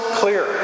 clear